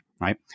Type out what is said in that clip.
right